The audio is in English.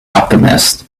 alchemist